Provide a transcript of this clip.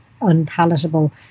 unpalatable